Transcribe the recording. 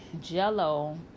jello